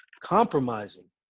compromising